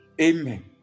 Amen